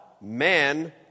man